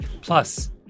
Plus